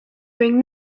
bring